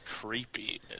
creepy